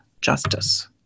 justice